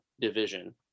division